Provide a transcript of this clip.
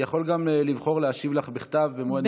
יכול גם לבחור להשיב לך בכתב במועד מאוחר.